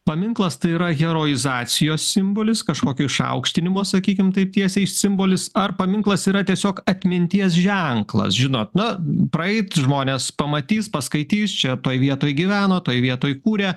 paminklas tai yra heroizacijos simbolis kažkokio išaukštinimo sakykim taip tiesiai simbolis ar paminklas yra tiesiog atminties ženklas žinot na praeit žmonės pamatys paskaitys čia toj vietoj gyveno toj vietoj kūrė